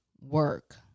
work